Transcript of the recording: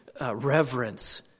reverence